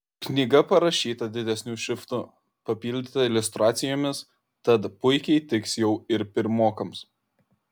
knyga parašyta didesniu šriftu papildyta iliustracijomis tad puikiai tiks jau ir pirmokams